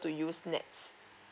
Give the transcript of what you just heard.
to use nets